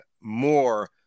more